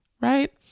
right